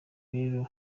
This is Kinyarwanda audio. rero